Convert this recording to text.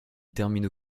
terminent